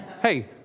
Hey